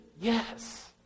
Yes